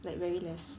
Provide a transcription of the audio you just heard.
like very less